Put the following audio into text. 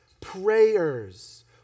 prayers